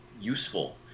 useful